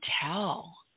tell